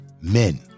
men